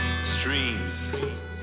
streams